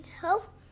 help